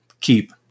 keep